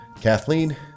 Kathleen